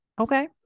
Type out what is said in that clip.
Okay